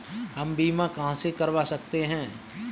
हम बीमा कहां से करवा सकते हैं?